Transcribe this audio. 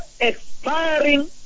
expiring